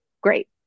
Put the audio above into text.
great